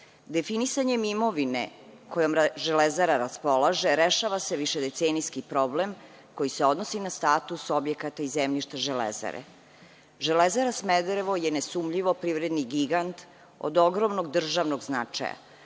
Definisanjem imovine kojom „Železara“ raspolaže rešava se višedecenijski problem koji se odnosi na status objekata i zemljišta „Železare“. „Železara Smederevo“ je nesumnjivo privredni gigant od ogromnog državnog značaja,